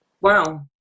Wow